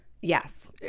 Yes